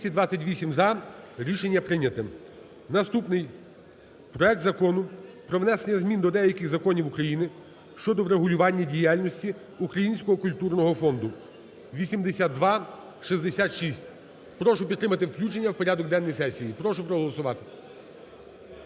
Прошу підтримати включення в порядок денний сесії, прошу проголосувати,